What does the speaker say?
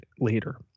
later